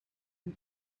and